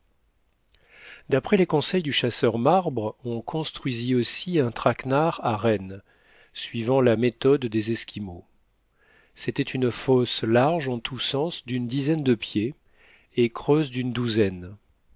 d'après les conseils du chasseur marbre on construisit aussi un traquenard à rennes suivant la méthode des esquimaux c'était une fosse large en tous sens d'une dizaine de pieds et creuse d'une douzaine